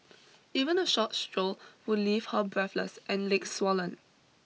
even a short stroll would leave her breathless and legs swollen